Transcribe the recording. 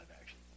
action